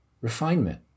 refinement